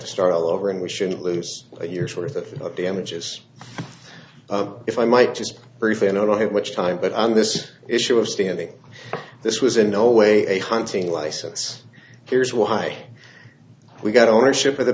to start all over and we shouldn't lose a year's worth of damages if i might just briefly and i don't have much time but on this issue of standing this was in no way a hunting license here's why we got ownership of the